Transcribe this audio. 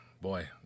boy